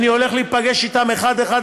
אני הולך להיפגש אתם אחד-אחד,